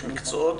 יש מקצועות